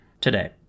today